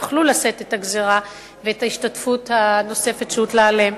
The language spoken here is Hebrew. יוכלו לשאת את הגזירה ואת ההשתתפות הנוספת שהוטלה עליהם.